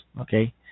okay